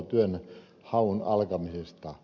pidän tätä hyvänä